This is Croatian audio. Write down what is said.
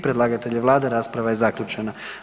Predlagatelj je Vlada, rasprava je zaključena.